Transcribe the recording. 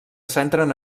centren